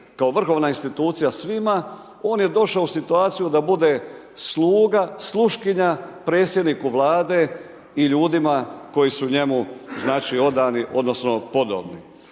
kao vrhovna institucija svima, on je došao u situaciju da bude sluga, sluškinja predsjedniku Vlade i ljudima koji su njemu, znači, odani odnosno podobni.